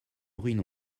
bruits